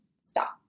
stop